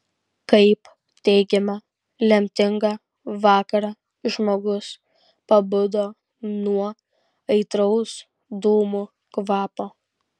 kaip teigiama lemtingą vakarą žmogus pabudo nuo aitraus dūmų kvapo